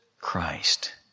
Christ